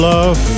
Love